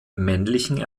männlichen